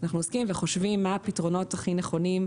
אנחנו עוסקים וחושבים מה הפתרונות הכי נכונים,